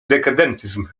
dekadentyzm